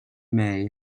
mae